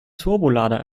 turbolader